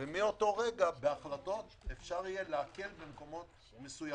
ומאותו רגע בהחלטות אפשר יהיה להקל במקומות מסוימים.